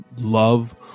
love